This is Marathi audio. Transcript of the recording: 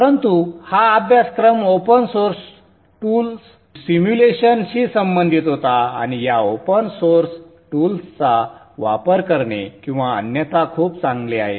परंतु हा अभ्यासक्रम ओपन सोर्स टूल्स सिम्युलेशन शी संबंधित होता आणि या ओपन सोर्स टूल्सचा वापर करणे किंवा अन्यथा खूप चांगले आहे